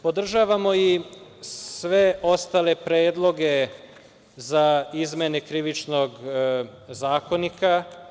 Podržavamo i sve ostale predloge za izmene Krivičnog zakonika.